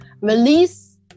Release